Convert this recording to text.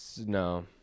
No